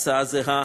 הצעה זהה.